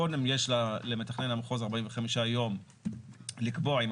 קודם יש למתכנן המחוז 45 יום לקבוע האם